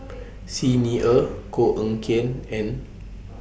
Xi Ni Er Koh Eng Kian and